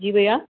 जी भैया